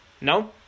No